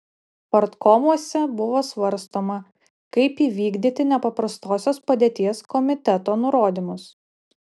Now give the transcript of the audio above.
partkomuose buvo svarstoma kaip įvykdyti nepaprastosios padėties komiteto nurodymus